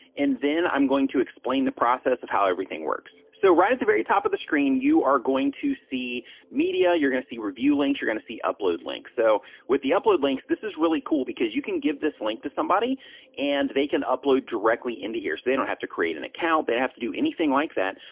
and then i'm going to explain the process of how everything works. so right at the very top of the screen, you are going to see media, you're gonna see review links, you're gonna see upload links. so with the upload links this is really cool because you can give this link to somebody and they can upload directly into here. so they don't have to create an account. they don't have to do anything like that.